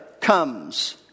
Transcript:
comes